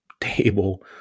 table